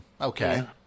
Okay